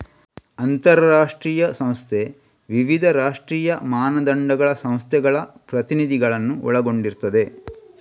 ಅಂತಾರಾಷ್ಟ್ರೀಯ ಸಂಸ್ಥೆ ವಿವಿಧ ರಾಷ್ಟ್ರೀಯ ಮಾನದಂಡಗಳ ಸಂಸ್ಥೆಗಳ ಪ್ರತಿನಿಧಿಗಳನ್ನ ಒಳಗೊಂಡಿರ್ತದೆ